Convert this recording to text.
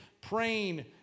praying